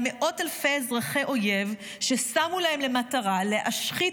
אלא מאות אלפי אזרחי אויב ששמו להם למטרה להשחית